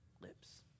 lips